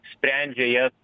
sprendžia jas